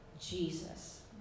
Jesus